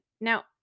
Now